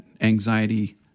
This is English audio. anxiety